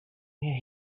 where